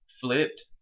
flipped